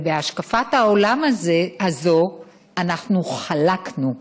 ואת השקפת העולם הזאת אנחנו חלקנו,